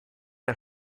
der